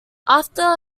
after